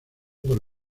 por